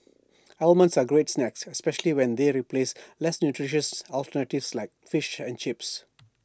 almonds are A great snack especially when they replace less nutritious alternatives like fish and chips